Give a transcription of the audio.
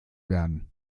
werden